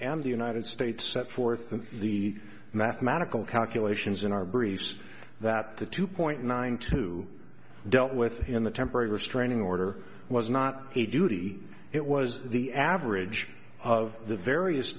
the united states set forth in the mathematical calculations in our briefs that the two point nine two dealt with in the temporary restraining order was not a duty it was the average of the various